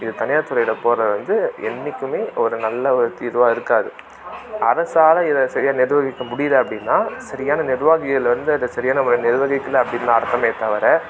இது தனியார் துறையில் போகிறது வந்து என்றைக்குமே ஒரு நல்ல ஒரு தீர்வாக இருக்காது அரசால் இதை சரியா நிர்வகிக்க முடியலை அப்படின்னா சரியான நிர்வாகிகலருந்து அதை சரியான முறையில் நிர்வகிக்கலை அப்படின்னு அர்த்தமே தவிர